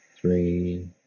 three